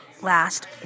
Last